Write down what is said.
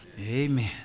Amen